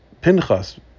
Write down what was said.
Pinchas